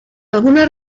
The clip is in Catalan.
alguna